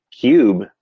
Cube